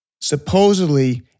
Supposedly